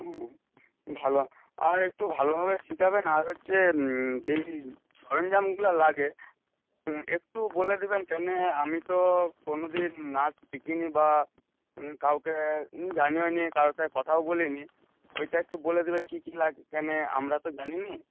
ও ভালো আর একটু ভালোভাবে শেখাবেন আর হচ্ছে যেই সরঞ্জামগুলা লাগে একটু বলে দেবেন কেনে আমি তো কোনোদিন নাচ শিখিনি বা কাউকে জানিওনি কারুর সাথে কথাও বলিনি ওইটা একটু বলে দেবেন কী কী লাগবে কেনে আমরা তো জানিনা